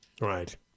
Right